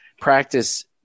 practice